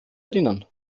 erinnern